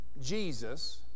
Jesus